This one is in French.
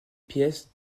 pièces